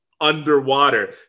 underwater